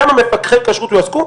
כמה מפקחי כשרות יועסקו?